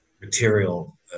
material